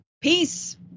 Peace